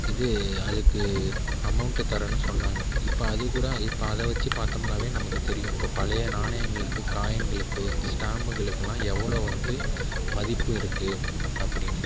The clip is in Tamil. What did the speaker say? இது அதுக்கு அமௌன்ட்டு தரேன்னு சொன்னாங்க இப்போ அதுக்கூட இப்போ அதை வெச்சு பார்த்தோம்னாவே நமக்கு தெரியும் அப்போது பழைய நாணயங்களுக்கு காயின்களுக்கு ஸ்டாம்புகளுக்குலாம் எவ்வளோ வந்து மதிப்பு இருக்குது அப்படினு